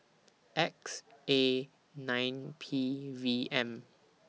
X A nine P V M